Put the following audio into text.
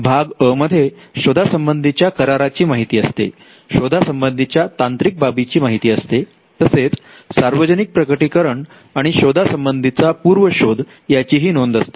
भाग 'अ' मध्ये शोधा संबंधीच्या करारा ची माहिती असते शोधा संबंधीच्या तांत्रिक बाबीची माहिती असते तसेच सार्वजनिक प्रकटीकरण आणि शोधा संबंधी चा पूर्व शोध याचीही नोंद असते